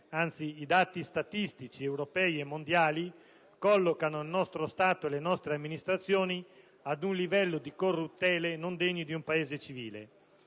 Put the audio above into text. Anzi, i dati statistici, europei e mondiali, collocano il nostro Stato e le nostre amministrazioni ad un livello di corruttela non degno di un Paese civile.